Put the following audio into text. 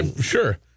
Sure